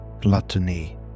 gluttony